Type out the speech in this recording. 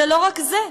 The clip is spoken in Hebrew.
זה לא רק זה,